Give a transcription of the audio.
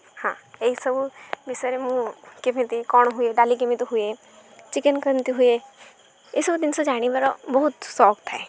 ହଁ ଏଇସବୁ ବିଷୟରେ ମୁଁ କେମିତି କ'ଣ ହୁଏ ଡାଲି କେମିତି ହୁଏ ଚିକେନ୍ କେମିତି ହୁଏ ଏସବୁ ଜିନିଷ ଜାଣିବାର ବହୁତ ସଉକ୍ ଥାଏ